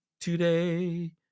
today